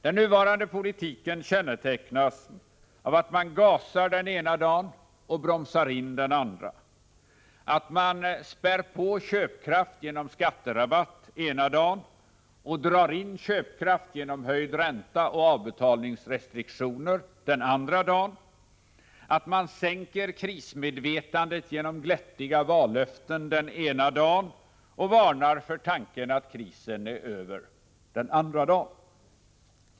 Den nuvarande politiken kännetecknas av att man gasar den ena dagen och bromsar in den andra, att man spär på köpkraft genom skatterabatt den ena dagen och drar in köpkraft genom höjd ränta och avbetalningsrestriktioner den andra dagen, att man sänker krismedvetandet genom glättiga vallöften den ena dagen och varnar för tanken att krisen är över den andra dagen.